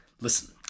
listen